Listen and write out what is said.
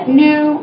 new